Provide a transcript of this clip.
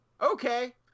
okay